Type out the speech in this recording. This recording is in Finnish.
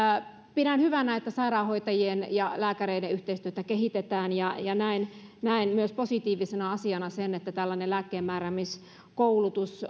pidän hyvänä että sairaanhoitajien ja lääkäreiden yhteistyötä kehitetään ja ja näen positiivisena asiana myös sen että tällainen lääkkeenmääräämiskoulutus